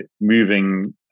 moving